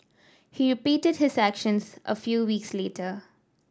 he repeated his actions a few weeks later